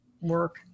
Work